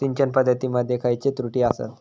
सिंचन पद्धती मध्ये खयचे त्रुटी आसत?